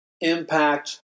impact